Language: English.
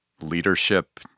leadership